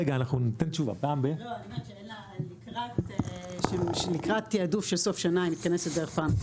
אלא ללכת על הכבישים המסוכנים.